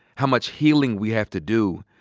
how much healing we have to do,